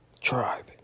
tribe